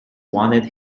wanted